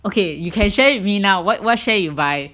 okay you can share with me now what what share you buy